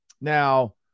Now